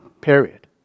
period